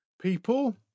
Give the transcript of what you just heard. people